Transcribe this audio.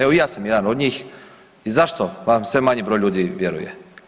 Evo i ja sam jedan od njih, zašto vam sve manji broj ljudi vjeruje?